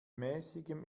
mäßigem